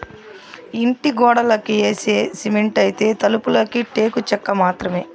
ఇంటి గోడలకి యేసే సిమెంటైతే, తలుపులకి టేకు చెక్క మాత్రమే